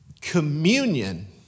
communion